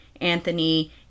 Anthony